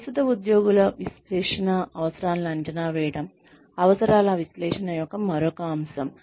ప్రస్తుత ఉద్యోగుల శిక్షణ అవసరాలను అంచనా వేయడం అవసరాల విశ్లేషణ యొక్క మరొక అంశం